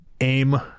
AIM